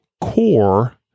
core